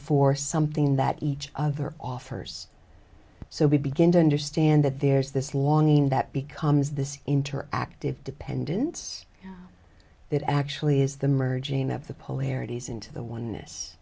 for something that each other offers so we begin to understand that there's this longing that becomes this interactive dependence that actually is the